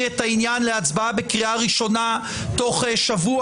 את העניין להצבעה בקריאה הראשונה בתוך שבוע.